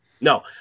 No